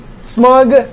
smug